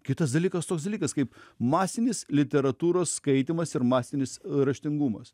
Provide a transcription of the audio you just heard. kitas dalykas toks dalykas kaip masinis literatūros skaitymas ir masinis raštingumas